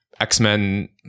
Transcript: X-Men